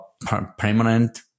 permanent